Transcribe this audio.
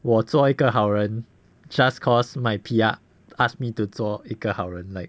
我做一个好人 just cause my P_R asked me to 做一个好人 like